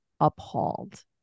appalled